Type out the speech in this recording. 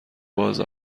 باز